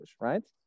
right